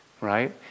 Right